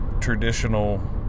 traditional